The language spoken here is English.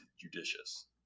judicious